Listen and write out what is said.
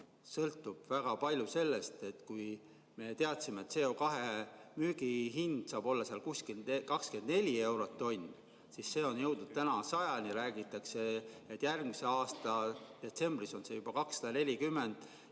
sõltub väga palju sellest. Me teadsime, et CO2müügihind saab olla kuskil 24 eurot tonn, aga see on jõudnud täna 100 euroni. Räägitakse, et järgmise aasta detsembris on see juba 240